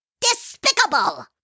Despicable